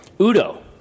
Udo